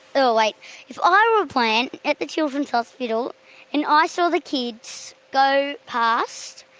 so like if i were a plant at the children's hospital and ah i saw the kids go past,